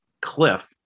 cliff